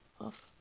off